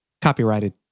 copyrighted